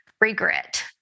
regret